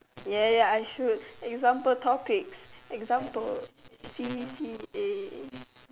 ya ya ya I should example topics example c_c_a